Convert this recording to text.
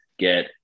get